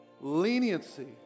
Leniency